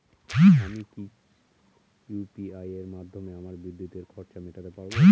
আমি কি ইউ.পি.আই মাধ্যমে আমার বিদ্যুতের খরচা মেটাতে পারব?